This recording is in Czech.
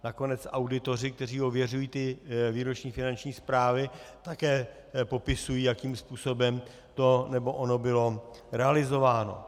Nakonec auditoři, kteří ověřují výroční finanční zprávy, také popisují, jakým způsobem to nebo ono bylo realizováno.